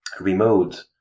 remote